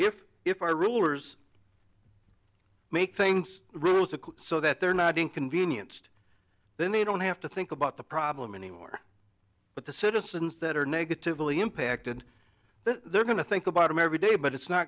if if our rulers make things so that they're not inconvenienced then they don't have to think about the problem anymore but the citizens that are negatively impacted they're going to think about them every day but it's not